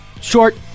short